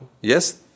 Yes